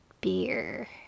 beer